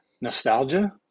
nostalgia